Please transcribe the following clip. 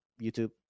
YouTube